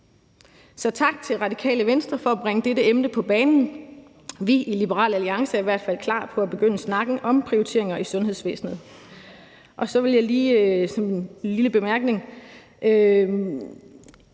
Så tak til Radikale Venstre for at bringe dette emne på bane. Vi i Liberal Alliance er i hvert fald klar til at begynde snakken om prioriteringer i sundhedsvæsenet. Og så vil jeg lige som en lille bemærkning